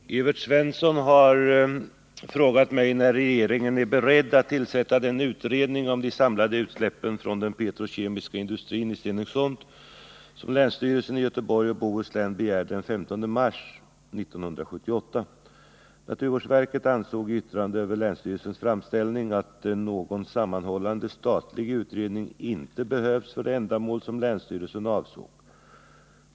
Fru talman! Evert Svensson har frågat mig när regeringen är beredd att tillsätta den utredning om de samlade utsläppen från den petrokemiska industrin i Stenungsund som länsstyrelsen i Göteborgs och Bohus län begärde den 15 mars 1978. Naturvårdsverket ansåg i yttrande över länsstyrelsens framställning att någon sammanhållande statlig utredning inte behövs för det ändamål som länsstyrelsen avsåg.